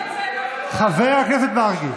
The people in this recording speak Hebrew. חבר הכנסת מרגי, חבר הכנסת מרגי.